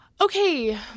Okay